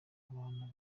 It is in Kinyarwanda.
abantu